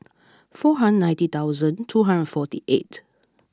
four hundred ninety thousand two hundred forty eight